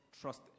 trust